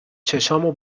چشامو